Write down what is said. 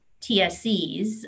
TSCs